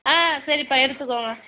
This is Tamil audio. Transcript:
ஆ சரிப்பா எடுத்துக்கோங்க